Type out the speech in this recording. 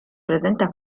presenta